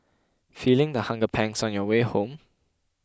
feeling the hunger pangs on your way home